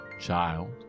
Child